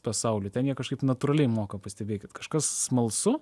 pasauliu ten jie kažkaip natūraliai moka pastebėkit kažkas smalsu